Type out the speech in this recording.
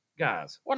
Guys